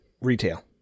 Retail